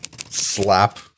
slap